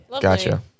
Gotcha